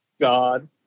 God